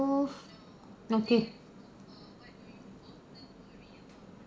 move okay